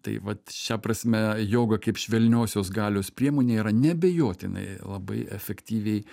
tai vat šia prasme joga kaip švelniosios galios priemonė yra neabejotinai labai efektyviai